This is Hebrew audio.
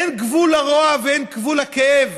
אין גבול לרוע ואין גבול לכאב.